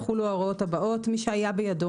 יחולו ההוראות הבאות: (1)מי שהיה בידו,